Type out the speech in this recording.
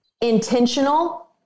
intentional